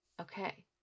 Okay